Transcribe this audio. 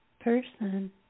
person